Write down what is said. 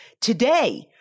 Today